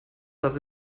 das